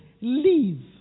leave